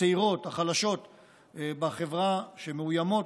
הצעירות, החלשות בחברה, שמאוימות,